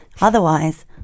Otherwise